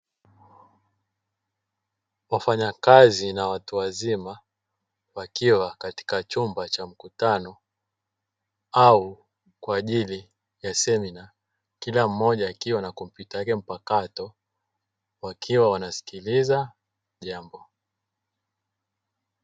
Wafanyakazi na watu wazima wakiwa katika chumba cha mkutano au kwa ajili ya semina; kila mmoja akiwa na kompyuta yake mpakato wakiwa wanasikiliza jambo.